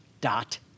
dot